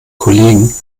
kollegen